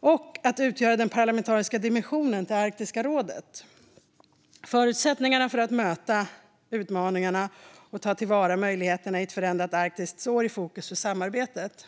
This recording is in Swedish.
och utgöra den parlamentariska dimensionen för Arktiska rådet. Förutsättningarna för att möta utmaningarna och ta till vara möjligheterna i ett förändrat Arktis står i fokus för samarbetet.